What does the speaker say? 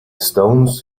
stones